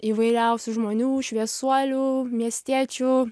įvairiausių žmonių šviesuolių miestiečių